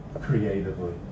creatively